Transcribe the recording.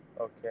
Okay